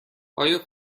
آیا